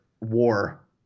war